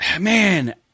man